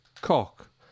cock